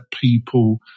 people